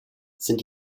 sind